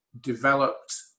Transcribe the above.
developed